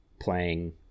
playing